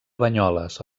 banyoles